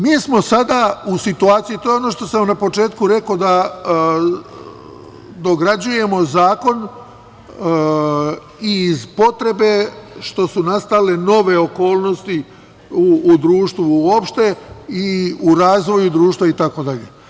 Mi smo sada u situaciji, to je ono što sam na početku rekao, da dograđujemo zakon i iz potrebe što su nastale nove okolnosti u društvu uopšte i u razvoju društva itd.